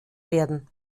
werden